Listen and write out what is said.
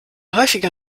häufiger